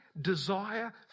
desire